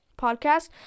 podcast